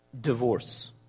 divorce